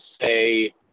say